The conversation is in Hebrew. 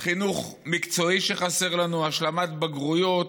חינוך מקצועי, שחסר לנו, השלמת בגרויות,